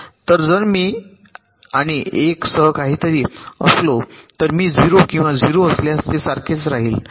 तर जर मी आणि 1 सह काहीतरी असलो तर जर मी 0 किंवा 0 असल्यास ते सारखेच राहिले